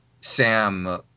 Sam